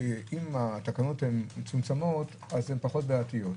שאם התקנות הן מצומצמות אז הן פחות בעייתיות,